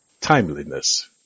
timeliness